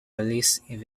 released